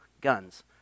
guns